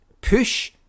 push